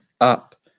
up